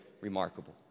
remarkable